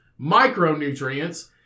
micronutrients